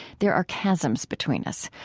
there are chasms between us,